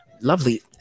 lovely